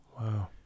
Wow